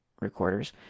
recorders